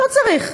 לא צריך.